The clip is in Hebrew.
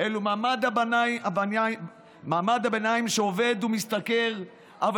זה מעמד הביניים שעובד ומשתכר אבל